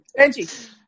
Benji